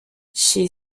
she